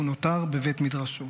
והוא נותר בבית מדרשו.